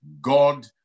God